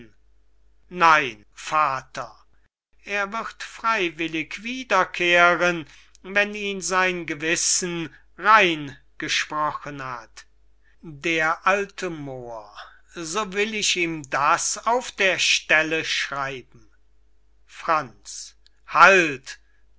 nein vater er wird freywillig wiederkehren wenn ihn sein gewissen reingesprochen hat d a moor so will ich ihm das auf der stelle schreiben franz halt